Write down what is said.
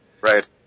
Right